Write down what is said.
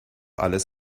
alles